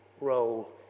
role